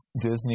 Disney